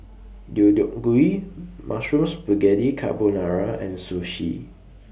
Deodeok Gui Mushroom Spaghetti Carbonara and Sushi